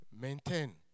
maintain